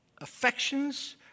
affections